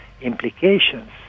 implications